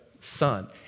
son